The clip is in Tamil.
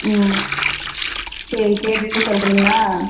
ம் சரி கேட்டுவிட்டு சொல்றிங்களா